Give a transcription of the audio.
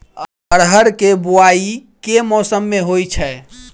अरहर केँ बोवायी केँ मौसम मे होइ छैय?